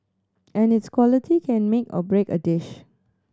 and its quality can make or break a dish